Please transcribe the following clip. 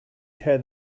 tear